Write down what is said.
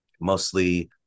mostly